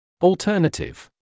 Alternative